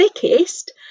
thickest